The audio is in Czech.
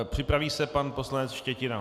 Připraví se pan poslanec Štětina.